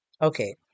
Okay